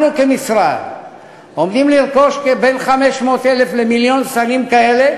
אנחנו כמשרד עומדים לרכוש בין 500,000 למיליון סלים כאלה,